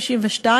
השם,